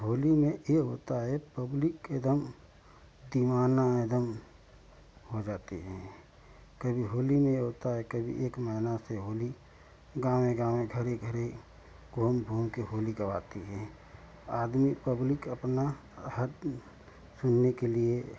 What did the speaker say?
होली में यह होता है पब्लिक एक दम दीवानी एक दम हो जाती है कभी होली में यह होता है कभी एक महीना से होली गाँव गाँव घर घर घूम घूम के होली गवाते हैं आदमी पब्लिक अपना हाथ खेलने के लिए